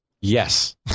Yes